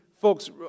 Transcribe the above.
folks